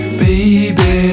baby